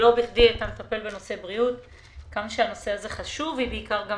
נושא הבריאות הוא נושא חשוב ובעיקר גם